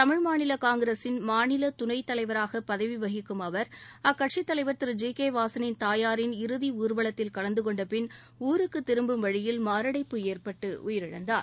தமிழ் மாநில காங்கிரசின் மாநில துணைத் தலைவராக பதவி வகிக்கும் அவர் அக்கட்சித் தலைவர் திரு ஜி கே வாசனின் தாயாரின் இறுதி ஊர்வலத்தில் கலந்து கொண்டபின் ஊருக்கு திரும்பும் வழியில் மாரடைப்பு ஏற்பட்டு உயிரிழந்தார்